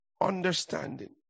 understanding